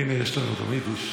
הינה, יש לנו גם יידיש.